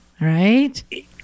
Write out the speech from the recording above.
Right